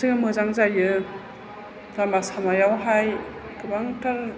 जों मोजां जायो लामा सामायावहाय गोबांथार